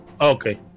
Okay